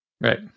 Right